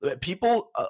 People